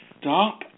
stop